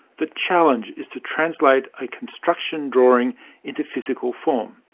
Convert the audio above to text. the challenge is to translate a construction drawing into physical form.